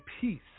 peace